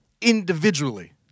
individually